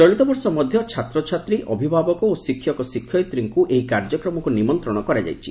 ଚଳିତବର୍ଷ ମଧ୍ୟ ଛାତ୍ରଛାତ୍ରୀ ଅଭିଭାବକ ଓ ଶିକ୍ଷକ ଶିକ୍ଷୟିତୀମାନଙ୍କୁ ଏହି କାର୍ଯ୍ୟକ୍ରମକୁ ନିମନ୍ତ୍ରଣ କରାଯାଇଛି